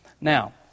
Now